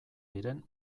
diren